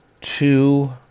two